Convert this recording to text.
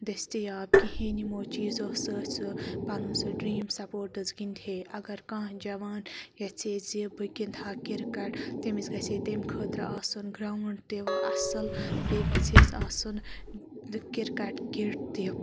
دٔستیاب کِہیٖنٛۍ یِمو چیٖزو سۭتۍ سُہ پَنُن سُہ ڈرٛیٖم سَپوٹٕس گِنٛدِہے اَگَر کانٛہہ جَوان ییٚژھِ زِ بہٕ گِنٛدٕہا کِرکٹ تٔمِس گَژھِ ہے تمہِ خٲطرٕ آسُن گرٛاوُنٛڈ تہِ بییٚہِ گَژھِ ہَس آسُن کِرکَٹ کِٹ تہِ